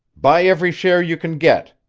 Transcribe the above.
buy every share you can get,